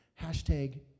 Hashtag